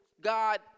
God